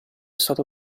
stato